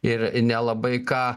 ir nelabai ką